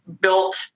built